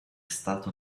stato